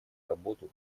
работу